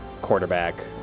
quarterback